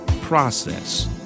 process